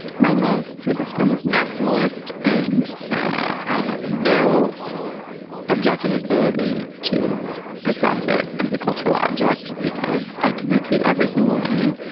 my love for this film is maximalist, and i have no objective ability to assess it as a cultural object because i can repeat every single line.